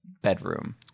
bedroom